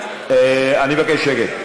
אני מבקש שקט,